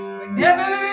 Whenever